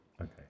Okay